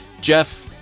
Jeff